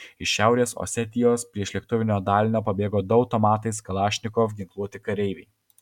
iš šiaurės osetijos priešlėktuvinio dalinio pabėgo du automatais kalašnikov ginkluoti kareiviai